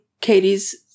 Katie's